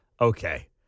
Okay